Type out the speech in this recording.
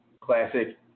classic